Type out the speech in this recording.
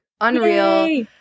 unreal